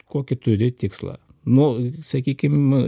kokį turi tikslą nu sakykim nu